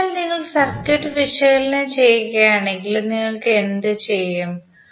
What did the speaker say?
അതിനാൽ നിങ്ങൾ സർക്യൂട്ട് വിശകലനം ചെയ്യുകയാണെങ്കിൽ നിങ്ങൾ എന്തു ചെയ്യും